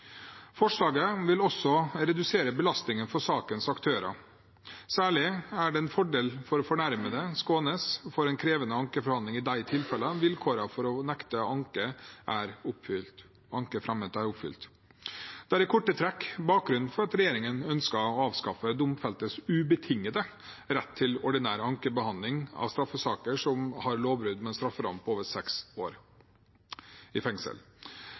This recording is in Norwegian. Forslaget vil også redusere belastningen på sakens aktører. Særlig er det en fordel for fornærmede å skånes for en krevende ankeforhandling i de tilfellene vilkårene for å nekte anken fremmet er oppfylt. Dette er i korte trekk bakgrunnen for at regjeringen ønsker å avskaffe domfeltes ubetingede rett til ordinær ankebehandling av straffesaker som har lovbrudd med en strafferamme på over seks år i fengsel.